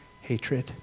hatred